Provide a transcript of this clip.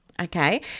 Okay